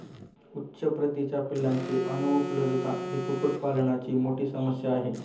उच्च प्रतीच्या पिलांची अनुपलब्धता ही कुक्कुटपालनाची मोठी समस्या आहे